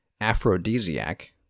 Aphrodisiac